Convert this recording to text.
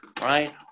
right